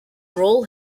role